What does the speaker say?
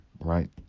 right